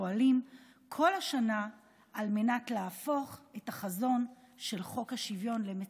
פועלים כל השנה על מנת להפוך את החזון של חוק השוויון למציאות.